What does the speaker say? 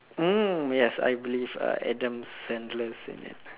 mm yes I believe uh Adam-Sandler is in it